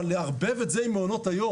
אבל לערבב את זה עם מעונות היום,